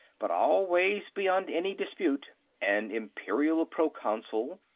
but always beyond any dispute an imperial proconsul,